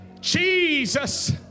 Jesus